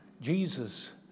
Jesus